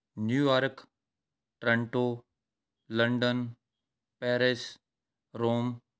New York Toronto London Paris Rome